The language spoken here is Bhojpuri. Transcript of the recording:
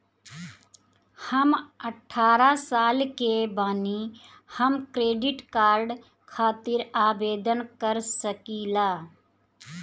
हम अठारह साल के बानी हम क्रेडिट कार्ड खातिर आवेदन कर सकीला?